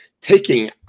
Taking